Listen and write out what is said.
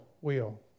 wheel